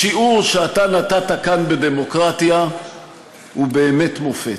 השיעור שאתה נתת כאן בדמוקרטיה הוא באמת מופת,